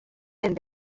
and